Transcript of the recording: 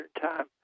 Time